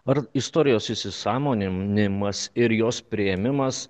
ar istorijos įsisąmoninimas ir jos priėmimas